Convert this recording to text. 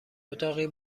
اتاقی